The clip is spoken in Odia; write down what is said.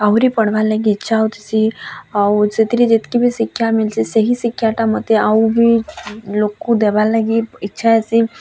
ଆହୁରି ପଢ଼୍ବା ଲାଗି ଇଛା ହେଉଥିସି ଆଉ ସେଥିରେ ଯେତକି ବି ଶିକ୍ଷା ମିଲ୍ଛି ସେହି ଶିକ୍ଷାଟା ମୋତେ ଆଉ ବି ଲୋକ୍କୁ ଦେବାର୍ ଲାଗି ଇଚ୍ଛା ହେସି